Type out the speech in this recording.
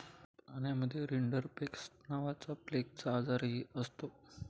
प्राण्यांमध्ये रिंडरपेस्ट नावाचा प्लेगचा आजारही असतो